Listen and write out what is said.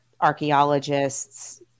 archaeologists